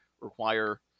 require